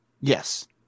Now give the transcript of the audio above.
yes